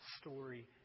story